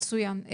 מצוין.